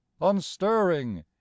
unstirring